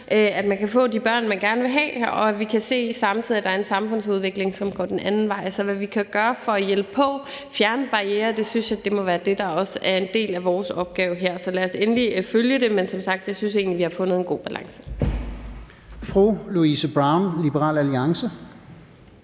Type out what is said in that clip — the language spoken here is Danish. at man kan få de børn, man gerne vil have, og vi samtidig kan se, at der er en samfundsudvikling, som går den anden vej. Så at se på, hvad vi kan gøre for at hjælpe og fjerne barrierer, synes jeg må være noget, der også en del af vores opgave her. Så lad os endelig følge det, men som sagt synes jeg egentlig, vi har fundet en god balance.